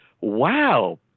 wow